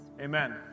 Amen